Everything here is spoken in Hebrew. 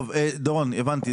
דורון, הבנתי.